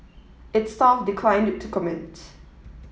its staff declined to comment